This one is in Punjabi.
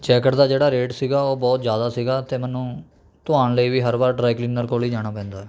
ਜੈਕਟ ਦਾ ਜਿਹੜਾ ਰੇਟ ਸੀ ਉਹ ਬਹੁਤ ਜ਼ਿਆਦਾ ਸੀ ਅਤੇ ਮੈਨੂੰ ਧੁਆਉਣ ਲਈ ਵੀ ਹਰ ਵਾਰ ਡਰਾਇਕਲੀਨਰ ਕੋਲ ਹੀ ਜਾਣਾ ਪੈਂਦਾ ਹੈ